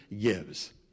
gives